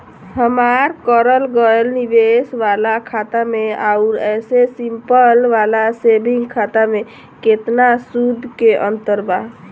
हमार करल गएल निवेश वाला खाता मे आउर ऐसे सिंपल वाला सेविंग खाता मे केतना सूद के अंतर बा?